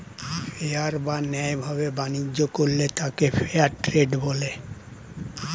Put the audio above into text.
fair বা ন্যায় ভাবে বাণিজ্য করলে তাকে ফেয়ার ট্রেড বলে